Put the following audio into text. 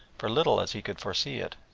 for little as he could foresee it,